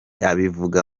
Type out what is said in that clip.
abivuga